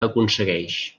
aconsegueix